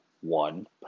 one